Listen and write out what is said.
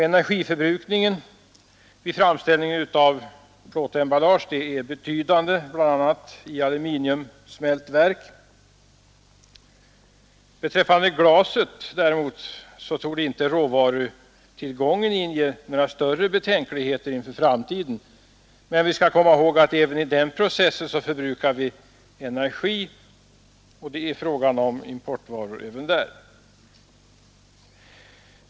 Energiförbrukningen vid framställningen av plåtemballage är betydande bl.a. i aluminiumsmältverk, Beträffande glaset torde däremot inte råvarutillgången inge några större betänkligheter fär framtiden. Men vi skall komma ihåg att även i den processen förbrukar vi energi, och det är fråga om importvaror även där.